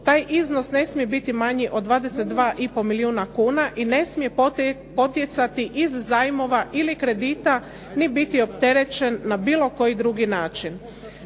Taj iznos ne smije biti manji od 22,5 milijuna kuna i ne smije potjecati iz zajmova ili kredita ni biti opterećen na bilo koji drugi način.